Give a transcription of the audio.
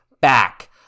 Back